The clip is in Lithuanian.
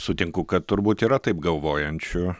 sutinku kad turbūt yra taip galvojančių